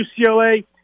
UCLA